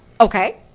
Okay